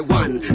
one